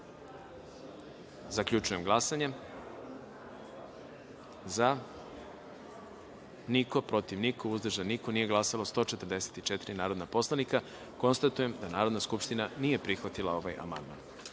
amandman. Zaključujem glasanje: za – niko, protiv – niko, uzdržanih – nema, nije glasalo 144 narodna poslanika. Konstatujem da Narodna skupština nije prihvatila ovaj amandman. Na